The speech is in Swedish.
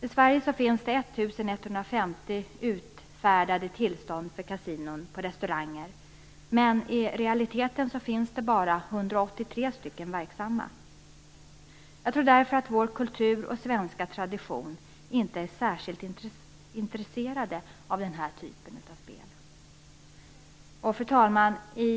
I Sverige finns det 1 150 utfärdade tillstånd för kasinon på restauranger, men i realiteten finns det bara 183 stycken verksamma kasinon. Jag tror därför att vi med vår kultur och svenska tradition inte är särskilt intresserade av den här typen av spel. Fru talman!